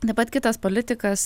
taip pat kitas politikas